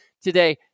today